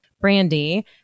Brandy